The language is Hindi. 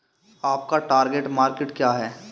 आपका टार्गेट मार्केट क्या है?